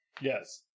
Yes